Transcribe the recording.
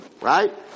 right